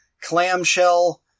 clamshell